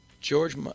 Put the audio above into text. George